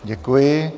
Děkuji.